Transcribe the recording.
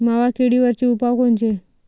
मावा किडीवरचे उपाव कोनचे?